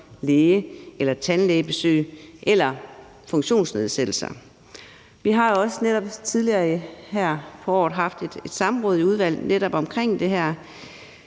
læge- eller tandlægebesøg eller funktionsnedsættelser. Vi har også netop her tidligere på året haft et samråd i udvalget, netop omkring det her,